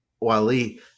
Wali